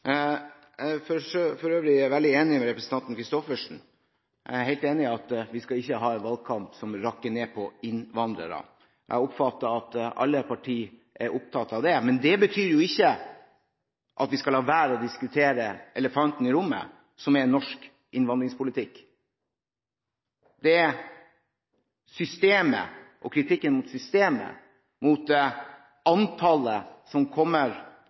Jeg er for øvrig veldig enig med representanten Christoffersen – jeg er helt enig i at vi ikke skal ha en valgkamp som rakker ned på innvandrere. Jeg oppfatter at alle partier er opptatt av det. Men det betyr jo ikke at vi skal la være å diskutere «elefanten i rommet», som er norsk innvandringspolitikk. Det er systemet og kritikken mot systemet, mot antallet som kommer